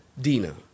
Dina